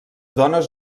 dones